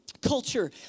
culture